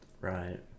Right